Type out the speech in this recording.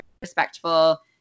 respectful